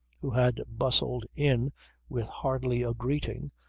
who had bustled in with hardly a greeting,